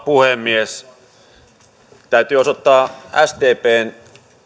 puhemies täytyy osoittaa sdpn